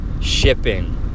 shipping